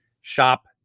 Shop